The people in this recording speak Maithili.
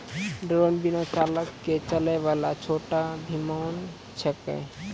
ड्रोन बिना चालक के चलै वाला छोटो विमान छेकै